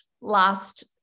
last